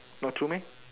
not true meh